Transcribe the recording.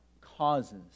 causes